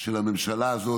של הממשלה הזאת.